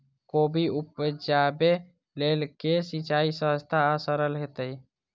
कोबी उपजाबे लेल केँ सिंचाई सस्ता आ सरल हेतइ?